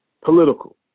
political